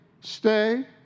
Stay